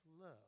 love